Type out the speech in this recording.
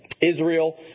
Israel